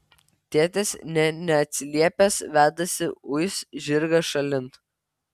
tėtis nė neatsiliepęs vedasi uis žirgą šalin